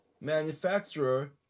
manufacturer